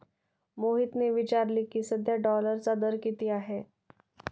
मोहितने विचारले की, सध्या डॉलरचा दर किती आहे?